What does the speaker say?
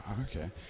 Okay